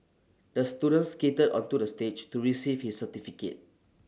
the student skated onto the stage to receive his certificate